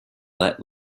let